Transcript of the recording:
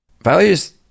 Values